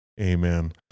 Amen